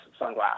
sunglass